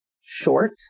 short